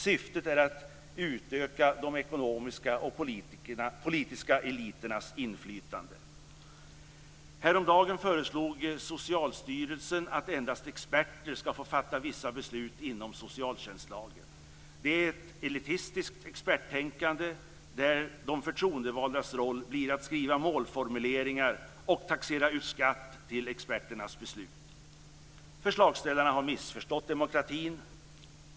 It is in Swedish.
Syftet är att utöka de ekonomiska och politiska eliternas inflytande. Häromdagen föreslog Socialstyrelsen att endast experter ska få fatta vissa beslut inom socialtjänstlagen. Det är ett elitistiskt experttänkande där de förtroendevaldas roll blir att skriva målformuleringar och taxera ut skatt till experternas beslut. Förslagsställarna har missförstått demokratin.